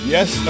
Yes